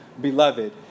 beloved